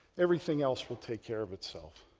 everything else will take care of itself.